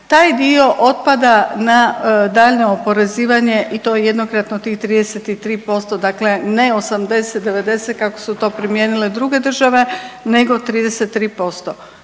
taj dio otpada na daljnje oporezivanje i to jednokratno tih 33% dakle ne 80-90 kako su to primijenile druge države nego 33%.